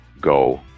go